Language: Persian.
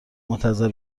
منتظر